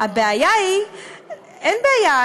אין בעיה.